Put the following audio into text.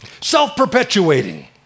self-perpetuating